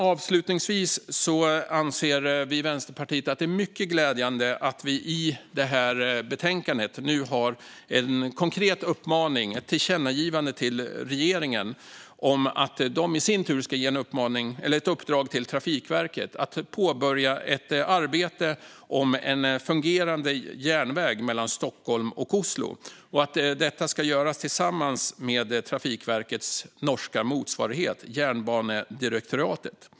Avslutningsvis anser vi i Vänsterpartiet att det är mycket glädjande att det i detta betänkande föreslås en konkret uppmaning, ett tillkännagivande, till regeringen om att ge ett uppdrag till Trafikverket att påbörja ett arbete gällande en fungerande järnväg mellan Stockholm och Oslo. Detta ska göras tillsammans med Trafikverkets norska motsvarighet Jernbanedirektoratet.